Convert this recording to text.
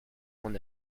mon